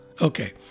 Okay